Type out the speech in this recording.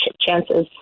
chances